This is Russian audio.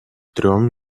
трем